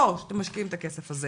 או שאתם משקיעים את הכסף הזה